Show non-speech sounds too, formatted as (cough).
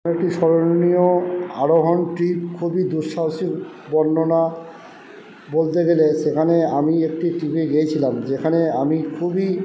একটি স্মরণীয় আরোহন ট্রিপ খুবই দুঃসাহসিক বর্ণনা বলতে গেলে সেখানে আমি একটি (unintelligible) গিয়েছিলাম যেখানে আমি খুবই